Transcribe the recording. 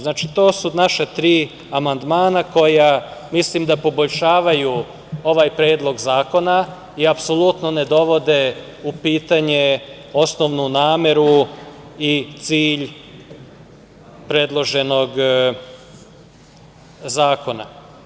Znači, to su naša tri amandmana koja poboljšavaju ovaj Predlog zakona i apsolutno ne dovode pitanje osnovnu nameru i cilj predloženog zakona.